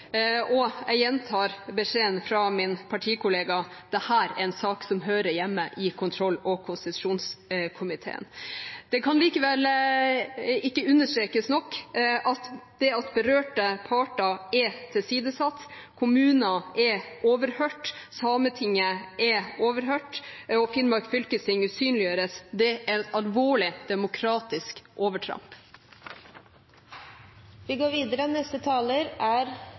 og tilsidesatt. Og jeg gjentar beskjeden fra min partikollega: Dette er en sak som hører hjemme i kontroll- og konstitusjonskomiteen. Det kan likevel ikke understrekes nok at det at berørte parter er tilsidesatt, at kommuner er overhørt, at Sametinget er overhørt, og at Finnmark fylkesting usynliggjøres, er et alvorlig demokratisk